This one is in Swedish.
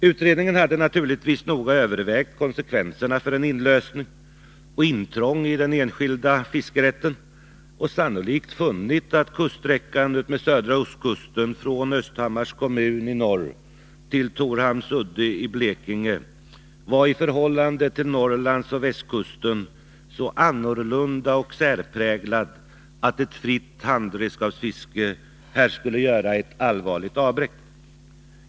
Utredningen hade naturligtvis noga övervägt konsekvenserna för en inlösen och ett intrång i den enskilda fiskerätten och sannolikt funnit att kuststräckan utmed södra ostkusten, från Östhammars kommun i norr till Torhamns udde i Blekinge, var så annorlunda och särpräglad i förhållande till Norrlandsoch västkusten, att ett fritt handredskapsfiske här skulle vålla ett allvarligt avbräck.